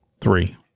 Three